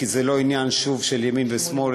כי זה לא עניין של ימין ושמאל,